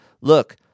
look